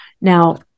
Now